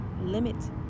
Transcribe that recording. limit